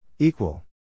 Equal